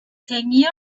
tangier